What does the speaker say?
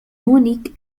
múnich